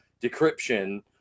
Decryption